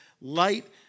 light